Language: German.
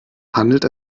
handelt